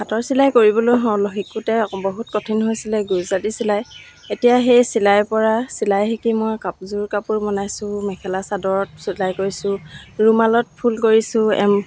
হাতৰ চিলাই কৰিবলৈ হওঁ শিকোঁতে বহুত কঠিন হৈছিলে গুজৰাটী চিলাই এতিয়া সেই চিলাইৰ পৰা চিলাই শিকি মই কাপো যোৰ কাপোৰ বনাইছোঁ মেখেলা চাদৰত চিলাই কৰিছোঁ ৰুমালত ফুল কৰিছোঁ এম